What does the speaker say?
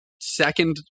second